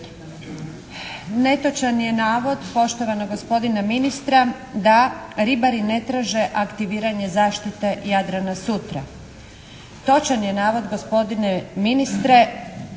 Netočan je navod poštovanog gospodina ministra da ribare ne traže aktiviranje zaštite Jadrana sutra. Točan je navod gospodine ministre